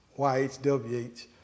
Y-H-W-H